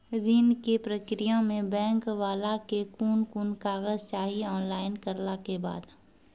ऋण के प्रक्रिया मे बैंक वाला के कुन कुन कागज चाही, ऑनलाइन करला के बाद?